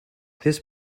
this